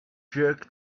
jerk